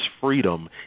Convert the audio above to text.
freedom